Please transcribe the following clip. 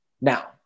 Now